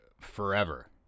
forever